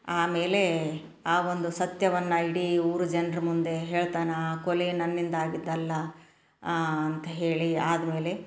ಆಮೇಲೆ ಆ ಒಂದು ಸತ್ಯವನ್ನು ಇಡೀ ಊರ ಜನ್ರ ಮುಂದೆ ಹೇಳ್ತಾನೆ ಆ ಕೊಲೆ ನನ್ನಿಂದ ಆಗಿದ್ದಲ್ಲ ಅಂತೇಳಿ ಆದ ಮೇಲೆ